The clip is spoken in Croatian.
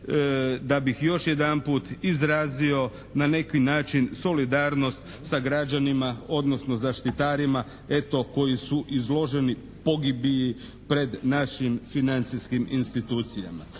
da bih još jedanput izrazio na neki način solidarnost sa građanima odnosno zaštitarima eto koji su izloženi pogibelji pred našim financijskim institucijama.